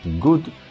good